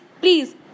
please